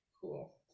cool